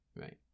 Right